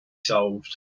solved